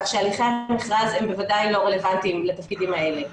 כך שהליכי המכרז הם בוודאי לא רלוונטיים לתפקידים האלה,